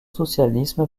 socialisme